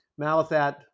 Malathat